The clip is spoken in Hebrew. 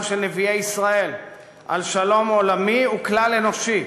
של נביאי ישראל על שלום עולמי וכלל-אנושי: